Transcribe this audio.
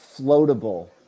floatable